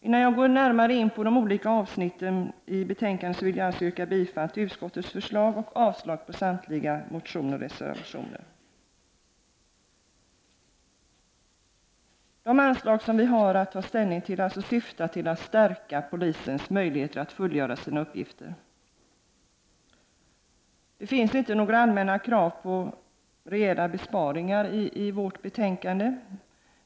Innan jag går närmare in på de olika avsnitten i betänkandet vill jag yrka bifall till utskottets förslag och avslag på samtliga motioner och reservationer. De anslag som vi har att ta ställning till syftar till att stärka polisens möjligheter att fullgöra sin uppgift. Några allmänna krav på reella besparingar finns inte i vårt betänkande.